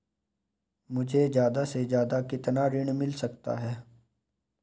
मुझे ज्यादा से ज्यादा कितना ऋण मिल सकता है?